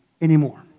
anymore